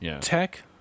tech